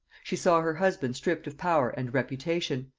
she saw her husband stripped of power and reputation,